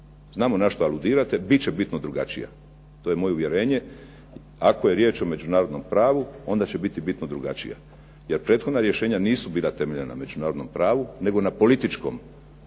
Znamo na što aludirate, bit će bitno drugačija. To je moje uvjerenje. Ako je riječ o međunarodnom pravu, onda će biti bitno drugačija. Jer prethodna rješenja nisu bila temeljena na međunarodnom pravu, nego na političkom,